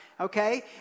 Okay